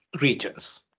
regions